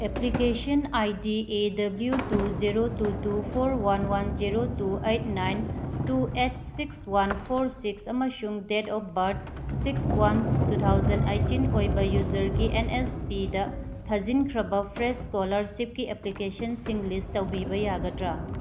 application I D A W two zero two two four one one zero two eight nine two eight six one four six ꯑꯃꯁꯨꯡ date of birth six one two thousand eighteen ꯑꯣꯏꯕ ꯌꯨꯖꯔꯒꯤ N S ꯄꯤꯗ ꯊꯥꯖꯤꯟꯈ꯭ꯔꯕ fresh ꯏꯁꯀꯣꯂꯔꯁꯤꯞꯀꯤ ꯑꯦꯄ꯭ꯂꯤꯀꯦꯁꯟꯁꯤꯡ list ꯇꯧꯕꯤꯕ ꯌꯥꯒꯗ꯭ꯔꯥ